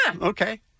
Okay